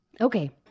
Okay